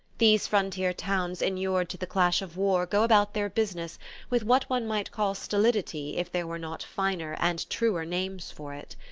these frontier towns inured to the clash of war go about their business with what one might call stolidity if there were not finer, and truer, names for it.